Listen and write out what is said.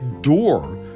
door